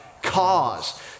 cause